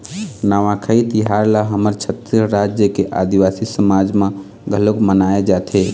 नवाखाई तिहार ल हमर छत्तीसगढ़ राज के आदिवासी समाज म घलोक मनाए जाथे